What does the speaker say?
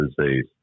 disease